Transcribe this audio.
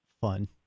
fun